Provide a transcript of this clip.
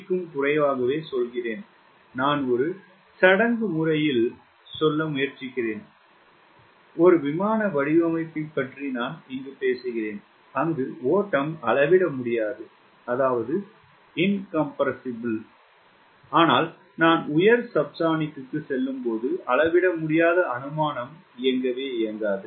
3 க்கும் குறைவாகவே சொல்கிறேன் நான் ஒரு சடங்கு முறையில் சொல்ல முயற்சிக்கிறேன் ஒரு விமான வடிவமைப்பைப் பற்றி நான் பேசுகிறேன் அங்கு ஓட்டம் அளவிட முடியாதது ஆனால் நான் உயர் சப்சோனிக் செல்லும்போது அளவிட முடியாத அனுமானம் இயங்காது